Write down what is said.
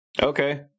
Okay